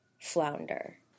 flounder